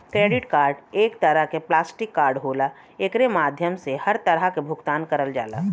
credit card एक तरे क प्लास्टिक कार्ड होला एकरे माध्यम से हर तरह क भुगतान करल जाला